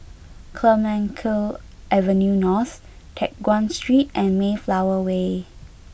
Clemenceau Avenue North Teck Guan Street and Mayflower Way